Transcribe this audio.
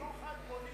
שוחד פוליטי.